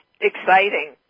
exciting